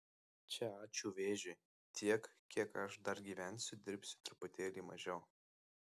čia ačiū vėžiui tiek kiek aš dar gyvensiu dirbsiu truputėlį mažiau